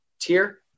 tier